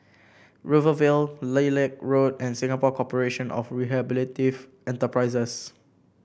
Rivervale Lilac Road and Singapore Corporation of Rehabilitative Enterprises